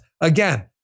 Again